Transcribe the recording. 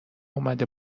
اومده